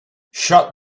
shut